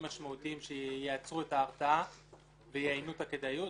משמעותיים שייצרו את ההרתעה ויאיינו את הכדאיות.